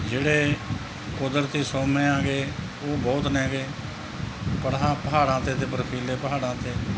ਜਿਹੜੇ ਕੁਦਰਤੀ ਸੋਮੇ ਆਗੇ ਉਹ ਬਹੁਤ ਨੇਗੇ ਪੜਾ ਪਹਾੜਾਂ 'ਤੇ ਅਤੇ ਬਰਫੀਲੇ ਪਹਾੜਾਂ 'ਤੇ